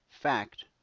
fact